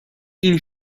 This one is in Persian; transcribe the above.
این